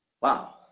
Wow